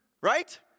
Right